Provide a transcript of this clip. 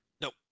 Nope